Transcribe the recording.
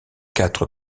quatre